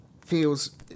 feels